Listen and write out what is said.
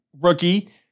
rookie